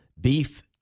beef